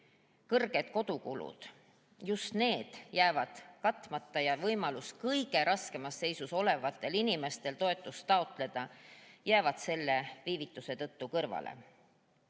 kõrged kodukulud, just need jäävad katmata, ja võimalus kõige raskemas seisus olevatel inimestel toetust taotleda jääb selle viivituse tõttu kõrvale.